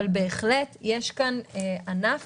אבל בהחלט יש כאן ענף